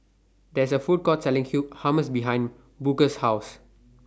There IS A Food Court Selling Hummus behind Booker's House